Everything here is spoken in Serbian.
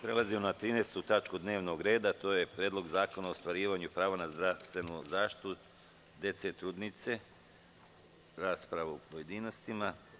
Prelazimo na 13. tačku dnevnog reda – PREDLOG ZAKONA O OSTVARIVANjU PRAVA NA ZDRAVSTVENU ZAŠTITU DECE, TRUDNICA I PORODILjA Prelazimo na raspravu u pojedinostima.